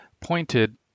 Pointed